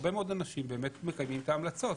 הרבה מאוד אנשים באמת מקיימים את ההמלצות,